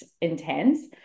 intense